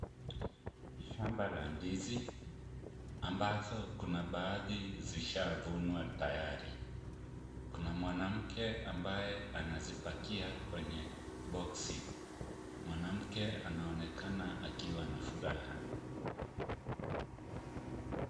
Shamba la ndizi ambazo kuna baadhi zishavunwa tayari. Kuna mwanamke ambaye anazipakia kwenye boksi. Mwanamke anaonekana akiwa na furaha.